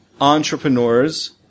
entrepreneurs